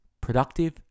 Productive